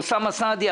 אוסאמה סעדי,